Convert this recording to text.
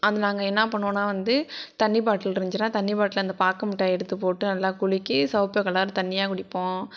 அது நாங்கள் என்ன பண்ணுவோம்னா வந்து தண்ணி பாட்டில் இருந்துச்சுனா தண்ணி பாட்டிலில் அந்த பாக்குமிட்டாய எடுத்து போட்டு நல்லா குலுக்கி சிவப்பு கலர் தண்ணியாக குடிப்போம்